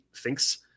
thinks